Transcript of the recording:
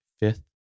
fifth